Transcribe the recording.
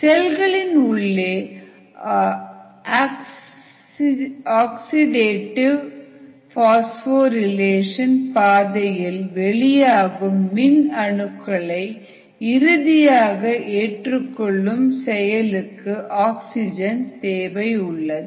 செல்களின் உள்ளே oxidative phosphorylation பாதையில் வெளியாகும் மின் அணுக்களை இறுதியாக ஏற்றுக்கொள்ளும் செயலுக்கு ஆக்சிஜனின் தேவை உள்ளது